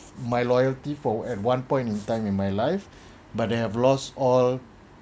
my loyalty for at one point in time in my life but they have lost all